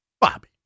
Bobby